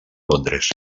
londres